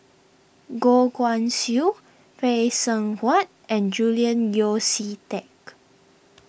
Goh Guan Siew Phay Seng Whatt and Julian Yeo See Teck